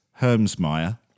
Hermsmeyer